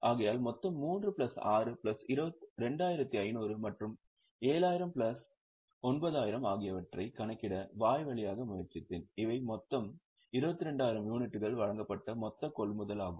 ஆகையால் மொத்தம் 3 plus 6 plus 2500 மற்றும் 7000 பிளஸ் 9000 ஆகியவற்றை கணக்கிட வாய்வழியாக முயற்சித்தேன் இவை மொத்தம் 22000 யூனிட்டுகள் வழங்கப்பட்ட மொத்த கொள்முதல் ஆகும்